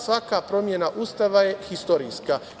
Svaka promena Ustava je istorijska.